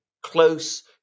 close